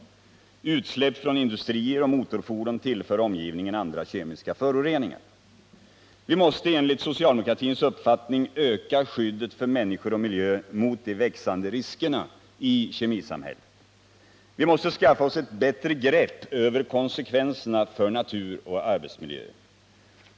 Utsläpp från industrier och motorfordon tillför omgivningen andra kemiska föroreningar. Vi måste enligt socialdemokratins uppfattning öka skyddet för människor och miljö mot de växande riskerna i kemisamhället. Vi måste skaffa oss ett bättre grepp över konsekvenserna för natur och arbetsmiljö.